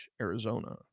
arizona